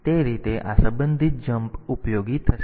તેથી તે રીતે આ સંબંધિત જમ્પ ઉપયોગી થશે